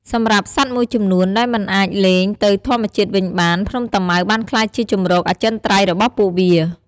សម្រាប់សត្វមួយចំនួនដែលមិនអាចលែងទៅធម្មជាតិវិញបាន ភ្នំតាម៉ៅបានក្លាយជាជម្រកអចិន្ត្រៃយ៍របស់ពួកវា។